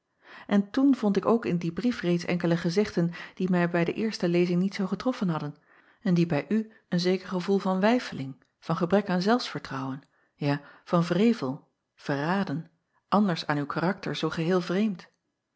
en toen vond ik ook in dien brief reeds enkele gezegden die mij bij de eerste lezing niet zoo getroffen hadden en die bij u een zeker gevoel van weifeling van gebrek aan zelfsvertrouwen ja van wrevel verraden anders aan uw karakter zoo geheel vreemd